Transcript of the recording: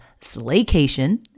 Slaycation